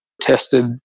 tested